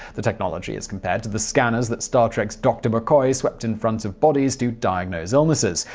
the technology is compared to the scanners that star trek's dr. mccoy swept in front of bodies to diagnose illnesses.